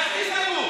הגשנו הסתייגויות.